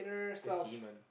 the